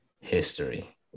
history